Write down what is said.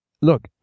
Look